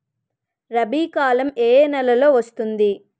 రబీ కాలం ఏ ఏ నెలలో వస్తుంది?